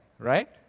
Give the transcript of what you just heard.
Right